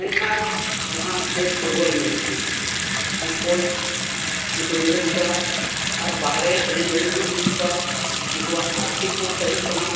ᱢᱮᱱᱠᱷᱟᱱ ᱡᱟᱦᱟᱸᱭ ᱵᱮᱥ ᱮᱱᱮᱡ ᱠᱟᱱᱟᱭ ᱠᱷᱟᱱ ᱩᱱᱠᱩ ᱧᱮᱞᱮᱫ ᱠᱚᱣᱟᱭ ᱟᱨ ᱵᱟᱦᱨᱮ ᱮᱱᱮᱡ ᱞᱟᱹᱜᱤᱫ ᱦᱚᱸ ᱤᱫᱤᱭᱮᱫ ᱠᱚᱣᱟᱭ ᱩᱱᱠᱩᱭᱟᱜ ᱟᱨᱛᱷᱤᱠ ᱦᱚᱸ ᱥᱟᱹᱦᱤᱜ ᱠᱟᱱᱟ